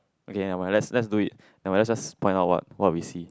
okay never mind let's let's do it never mind just point out what what we see